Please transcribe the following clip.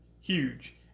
Huge